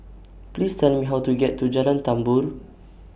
Please Tell Me How to get to Jalan Tambur